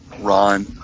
Ron